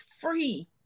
free